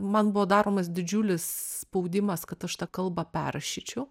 man buvo daromas didžiulis spaudimas kad aš tą kalbą perrašyčiau